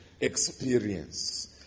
experience